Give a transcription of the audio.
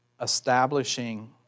establishing